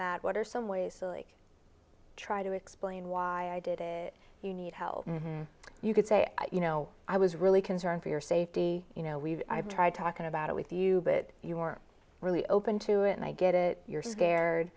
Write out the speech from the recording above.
mad what are some ways really try to explain why i did it you need help and you could say you know i was really concerned for your safety you know we've tried talking about it with you but you were really open to it and i get it you're scared